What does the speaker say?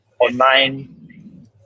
online